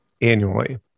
annually